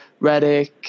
Redick